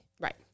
Right